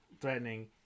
threatening